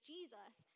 Jesus